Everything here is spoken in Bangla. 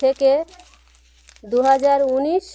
থেকে দু হাজার উনিশ